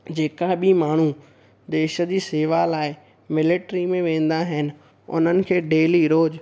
जेका बि माण्हू देश जी शेवा लाइ मिलेट्री में वेंदा आहिनि उन्हनि खे डेली रोज़ु